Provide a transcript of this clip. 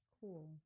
cool